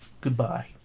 Goodbye